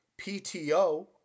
pto